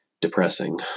depressing